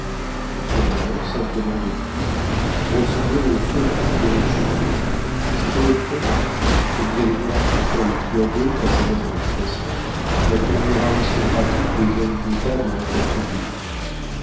le survenant simplement vêtu ressemblait au feu duc de richelieu c'était le comte que vous avez dû rencontrer et qui avait passez-moi cette expression la tournure aristocratique des hommes d'état de votre faubourg